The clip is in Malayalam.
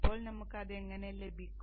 അപ്പോൾ നമുക്ക് അത് എങ്ങനെ ലഭിക്കും